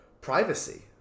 privacy